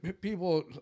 people